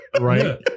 right